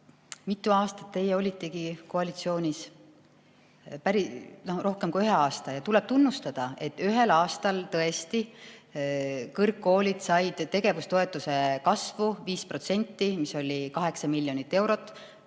Mitu aastat teie olitegi koalitsioonis? Rohkem kui ühe aasta. Ja tuleb tunnustada, et ühel aastal tõesti kõrgkoolid said tegevustoetuse kasvu 5%, mis oli 8 miljonit eurot.